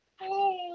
hey